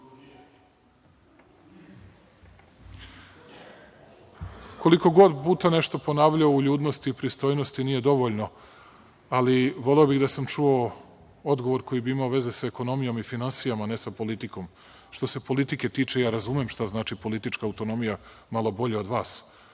ničega. Koliko god puta nešto ponavljamo o uljudnosti i pristojnosti, nije dovoljno, ali voleo bih da sam čuo odgovor koji bi imao veze sa ekonomijom i finansijama, a ne sa politikom. Što se politike tiče, ja razumem šta znači politička autonomija malo bolje od vas.